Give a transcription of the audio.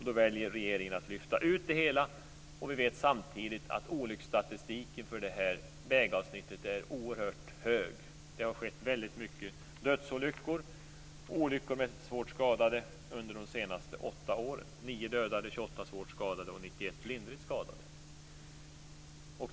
Då väljer regeringen att lyfta ut det hela. Vi vet samtidigt att olycksstatistiken för detta vägavsnitt visar att det har skett väldigt många dödsolyckor och många olyckor med svårt skadade där under de senaste åtta åren - 9 dödade, 28 svårt skadade och 91 lindrigt skadade.